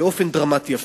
באופן דרמטי אפילו.